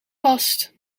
vast